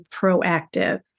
proactive